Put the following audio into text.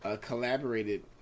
collaborated